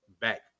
back